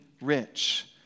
rich